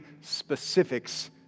specifics